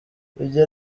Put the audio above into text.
ibyo